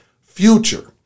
future